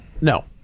no